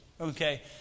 Okay